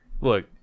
Look